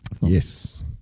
Yes